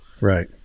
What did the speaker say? Right